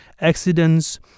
accidents